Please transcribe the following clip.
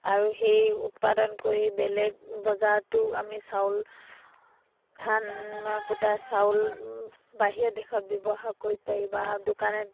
আৰু সেই উৎপাদন কৰি বেলেগ বজাৰতো আমি চাউল ধান কুটাই চাউল বাহিৰৰ দেশত ব্যৱহাৰ কৰিব পাৰি বা দোকানে